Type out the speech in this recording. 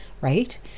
right